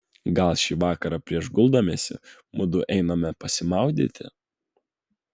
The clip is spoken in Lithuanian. gal šį vakarą prieš guldamiesi mudu eime pasimaudyti